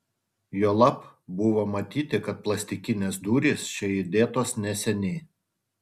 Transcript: juolab buvo matyti kad plastikinės durys čia įdėtos neseniai